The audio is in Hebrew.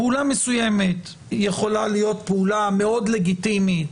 פעולה מסוימת יכולה להיות פעולה מאוד לגיטימית,